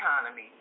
economy